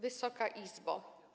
Wysoka Izbo!